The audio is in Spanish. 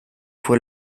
fue